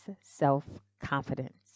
self-confidence